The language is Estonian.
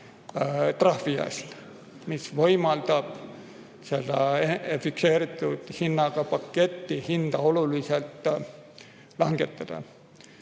trahvi eest, mis võimaldab selle fikseeritud hinnaga paketi hinda oluliselt langetada.